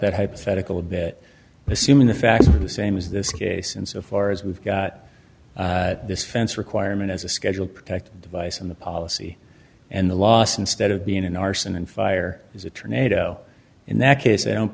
that hypothetical bit assuming the facts are the same as this case insofar as we've got this fence requirement as a schedule protect the device and the policy and the loss instead of being an arson and fire his attorney joe in that case i don't